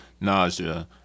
nausea